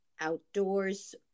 outdoors